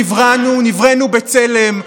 נבראנו בצלם,